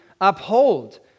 uphold